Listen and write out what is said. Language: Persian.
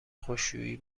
خشکشویی